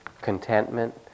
contentment